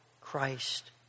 Christ